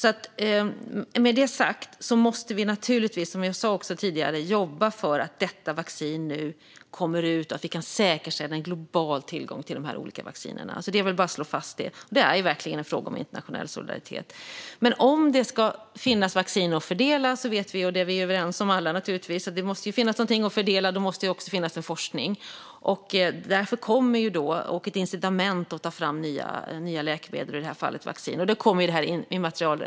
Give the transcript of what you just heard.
Med det sagt måste vi naturligtvis, som jag också sa tidigare, jobba för att detta vaccin nu kommer ut och att vi kan säkerställa en global tillgång till de olika vaccinerna. Det vill jag slå fast, och det är verkligen en fråga om internationell solidaritet. Men om det ska finnas vaccin att fördela kommer det immaterialrättsliga regelverket fram. Vi är ju alla överens om att det måste finnas en forskning och ett incitament att ta fram nya läkemedel, i det här fallet vaccin, om det ska finnas något vaccin att fördela.